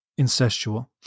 incestual